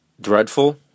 dreadful